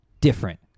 different